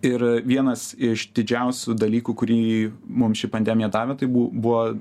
ir vienas iš didžiausių dalykų kurį mum ši pandemija davė tai buvo